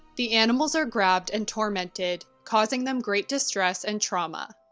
the animals are grabbed and tormented causing them great distress and trauma.